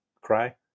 cry